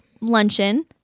luncheon